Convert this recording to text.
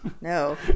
No